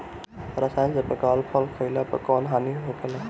रसायन से पकावल फल खइला पर कौन हानि होखेला?